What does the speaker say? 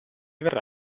verrà